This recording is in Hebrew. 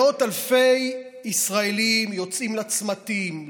מאות אלפי ישראלים יוצאים לצמתים,